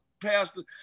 Pastor